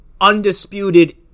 undisputed